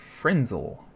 Frenzel